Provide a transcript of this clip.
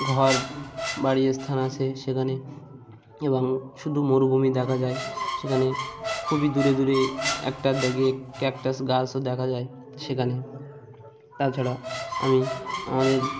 ঘর বাড়ি স্থান আছে সেখানে এবং শুধু মরুভূমি দেখা যায় সেখানে খুবই দূরে দূরে একটা আধটা গিয়ে ক্যাকটাস গাছও দেখা যায় সেখানে তাছাড়া আমি আমাদের